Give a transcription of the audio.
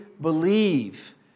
believe